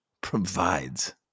provides